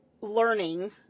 learning